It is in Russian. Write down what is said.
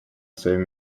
своем